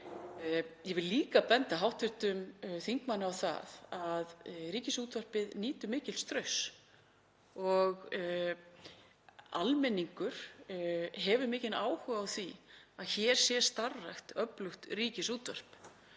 Ég vil líka benda hv. þingmanni á það að Ríkisútvarpið nýtur mikils trausts og almenningur hefur mikinn áhuga á því að hér sé starfrækt öflugt ríkisútvarp.